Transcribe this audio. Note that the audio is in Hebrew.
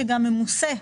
שגם ממוסה.